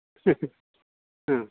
ओं